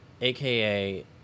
AKA